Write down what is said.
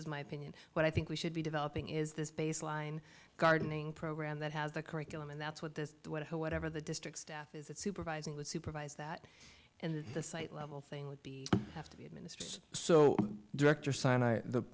is my opinion what i think we should be developing is this baseline gardening program that has a curriculum and that's what this what whatever the district staff is it's supervising with supervise that and the site level thing would be have to be administered so director signed i the